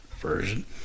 version